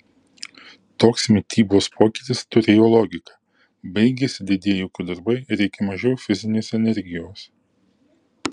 toks mitybos pokytis turėjo logiką baigėsi didieji ūkio darbai reikia mažiau fizinės energijos